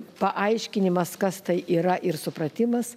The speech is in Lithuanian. paaiškinimas kas tai yra ir supratimas